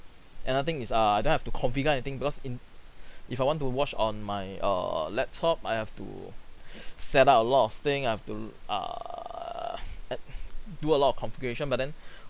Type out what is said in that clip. and I think it's err I don't have to configure anything because in if I want to watch on my err laptop I have to set up a lot of thing I have to l~ uh e~ do a lot of configuration but then